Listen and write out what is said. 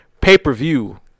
pay-per-view